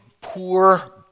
poor